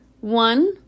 One